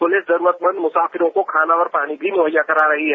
police जरूरतमंद मुसाफिरों को खाना और पानी भी मुहैया करा रही है